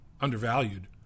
undervalued